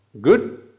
good